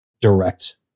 direct